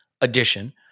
addition